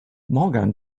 morgan